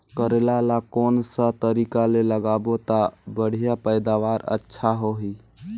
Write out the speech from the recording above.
करेला ला कोन सा तरीका ले लगाबो ता बढ़िया पैदावार अच्छा होही?